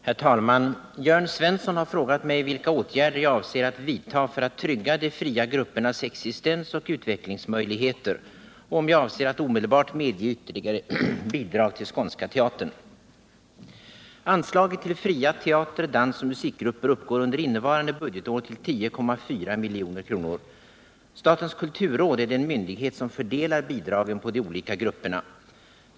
Herr talman! Jörn Svensson har frågat mig vilka åtgärder jag avser att vidta för att trygga de fria gruppernas existens och utvecklingsmöjligheter och om jag avser att omedelbart medge ytterligare bidrag till Skånska teatern. Anslaget till fria teater-, dansoch musikgrupper uppgår under innevarande budgetår till 10,4 milj.kr. Statens kulturråd är den myndighet som fördelar bidragen på de olika grupperna.